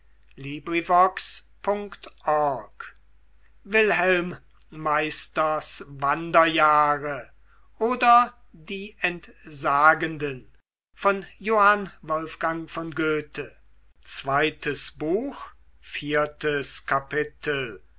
wilhelm meisters wanderjahre oder die entsagenden